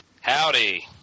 Howdy